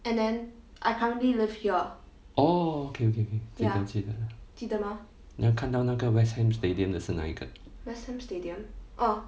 oh okay okay okay 记得记得 then 看到那个 west ham stadium 的是哪一个